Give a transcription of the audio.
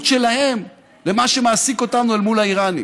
שלהם למה שמעסיק אותנו אל מול האיראנים.